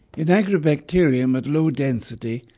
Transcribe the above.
in agrobacterium, at low density,